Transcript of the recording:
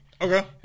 Okay